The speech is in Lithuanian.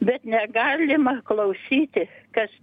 bet negalima klausyti kas